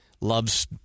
loves